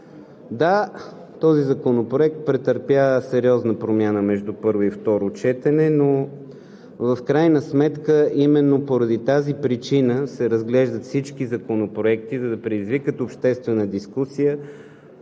Да, този законопроект претърпя сериозна промяна между първо и второ четене, но в крайна сметка именно поради тази причина се разглеждат всички законопроекти, за да предизвикат обществена дискусия,